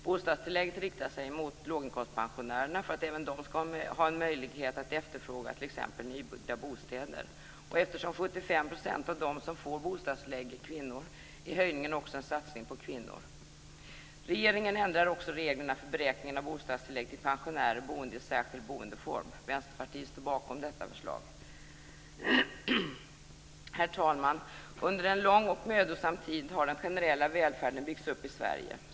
Bostadstillägget riktar sig mot låginkomstpensionärerna för att även de skall ha en möjlighet att efterfråga t.ex. nybyggda bostäder. Eftersom 75 % av dem som får bostadstillägg är kvinnor, är höjningen också en satsning på kvinnor. Regeringen ändrar också reglerna för beräkningen av bostadstillägg till pensionärer boende i särskild boendeform. Vänsterpartiet står bakom det förslaget. Herr talman! Under en lång och mödosam tid har den generella välfärden byggts upp i Sverige.